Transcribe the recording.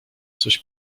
coś